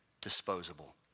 disposable